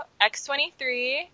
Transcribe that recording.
X-23